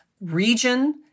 region